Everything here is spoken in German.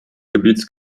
gebietes